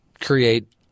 create